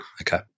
Okay